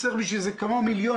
צריך בשביל כמה מיליונים,